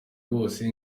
bose